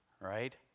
right